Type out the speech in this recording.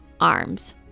Arms